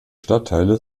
stadtteile